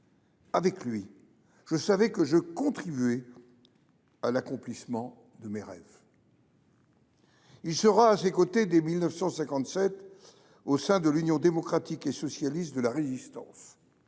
Avec lui, je savais que je contribuais à l’accomplissement de mes rêves. » Il est à ses côtés dès 1957 au sein de l’Union démocratique et socialiste de la Résistance